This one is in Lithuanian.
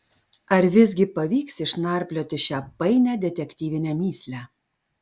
ar visgi pavyks išnarplioti šią painią detektyvinę mįslę